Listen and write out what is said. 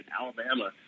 Alabama